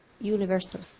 universal